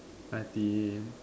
I_T_E